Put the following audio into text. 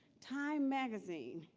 time magazine,